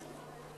נמנעים.